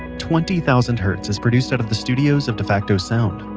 twenty thousand hertz is produced out of the studios of defacto sound,